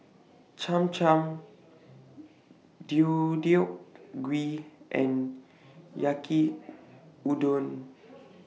Cham Cham Deodeok Gui and Yaki Udon